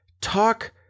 talk